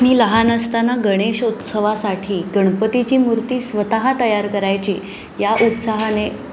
मी लहान असताना गणेश उत्सवासाठी गणपतीची मूर्ती स्वतः तयार करायची या उत्साहाने